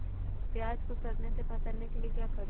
प्याज को सड़ने से बचाने के लिए क्या करें?